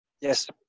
Yes